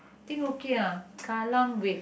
think okay ah Kallang Wave